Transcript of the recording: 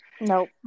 Nope